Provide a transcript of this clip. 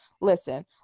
Listen